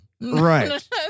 Right